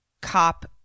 cop